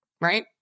right